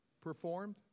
performed